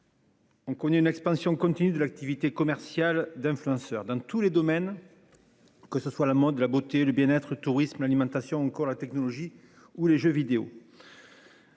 On connaît une expansion continue de l'activité commerciale d'influenceurs dans tous les domaines. Que ce soit la mode de la beauté et le bien être tourisme l'alimentation encore la technologie ou les jeux vidéo.